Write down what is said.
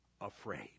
afraid